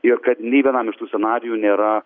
ir kad nei vienam iš tų scenarijų nėra